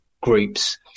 groups